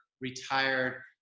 retired